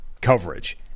coverage